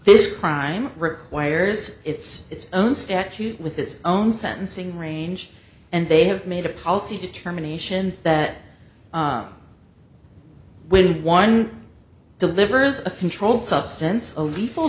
this crime requires it's it's own statute with its own sentencing range and they have made a policy determination that when one delivers a controlled substance